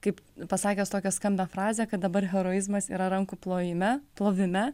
kaip pasakęs tokią skambią frazę kad dabar heroizmas yra rankų plojime plovime